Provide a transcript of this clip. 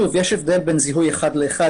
יש הבדל בין זיהוי אחד לאחד,